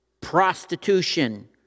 prostitution